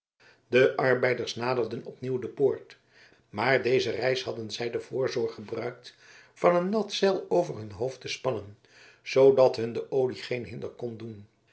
de arbeiders naderden opnieuw de poort maar deze reis hadden zij de voorzorg gebruikt van een nat zeil over hun hoofden te spannen zoodat hun de olie geen hinder kon doen